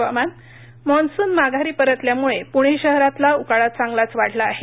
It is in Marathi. हवामान् मॉन्सून माघारी परतल्यामुळे पुणे शहरातला उकाडा चांगलाच वाढला आहे